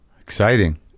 Exciting